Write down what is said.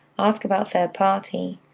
ask about third party,